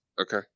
Okay